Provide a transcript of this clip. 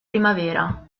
primavera